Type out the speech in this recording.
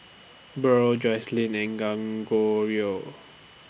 Burl Joseline and